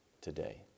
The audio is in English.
today